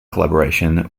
collaboration